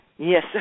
Yes